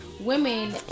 women